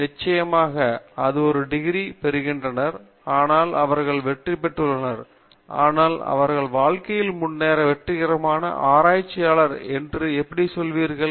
நிச்சயமாக அவர்கள் ஒரு டிகிரி பெறுகின்றனர் அதனால் அவர்கள் வெற்றி பெற்றுள்ளனர் ஆனால் அவர்கள் வாழ்க்கையில் முன்னேற வெற்றிகரமான ஆராய்ச்சியாளர் என்று எப்படி சொல்வீர்கள்